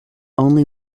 only